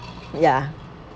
ya